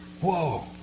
Whoa